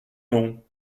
non